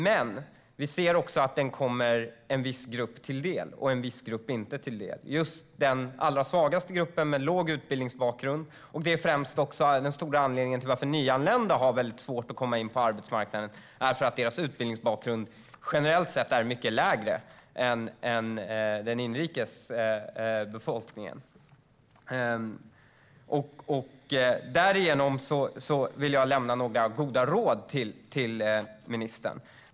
Men vi ser också att det kommer en viss grupp till del. En viss annan grupp kommer det inte till del, och det är den allra svagaste gruppen med låg utbildningsbakgrund. Det är också den främsta anledningen till att nyanlända har väldigt svårt att komma in på arbetsmarknaden - deras utbildningsbakgrund är generellt sett mycket lägre än den inrikes befolkningens. Därför vill jag lämna några goda råd till ministern.